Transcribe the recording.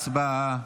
הצבעה.